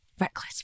Reckless